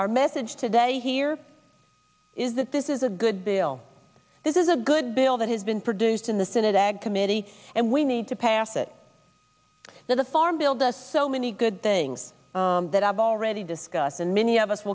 our message today here is that this is a good bill this is a good bill that has been produced in the senate ag committee and we need to pass it to the farm bill does so many good things that i've already discussed and many of us